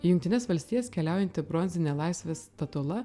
į jungtines valstijas keliaujanti bronzinė laisvės statula